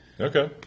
Okay